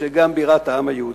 גם בירת העם היהודי.